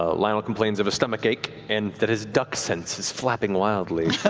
ah lionel complains of a stomachache and that his duck sense is flapping wildly.